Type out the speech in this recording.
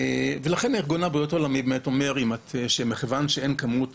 ארגון הבריאות העולמי אומר שמכיוון שאין כמות